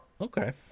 Okay